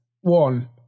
one